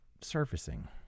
surfacing